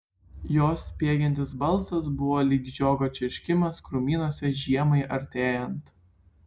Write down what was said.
jos spiegiantis balsas buvo lyg žiogo čirškimas krūmynuose žiemai artėjant